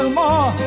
more